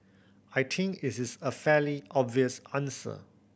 I think it is a fairly obvious answer